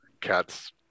cats